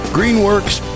Greenworks